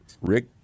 Rick